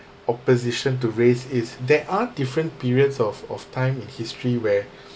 opposition to raise is there are different periods of of time and history where